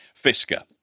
Fisker